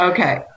Okay